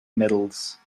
medals